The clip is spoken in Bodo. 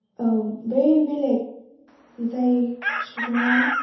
औ बै बेलेग जाय सुबुङा